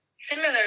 similar